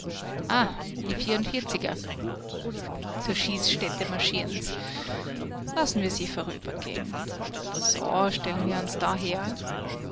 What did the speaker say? ah die vierundvierziger zur schießstätte marschieren s lassen wir sie vorübergeh'n so stellen wir uns da her